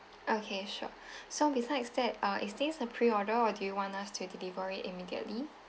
okay sure so besides that uh is this a preorder or do you want us to deliver it immediately